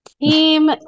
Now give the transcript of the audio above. Team